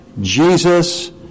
Jesus